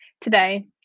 today